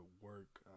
work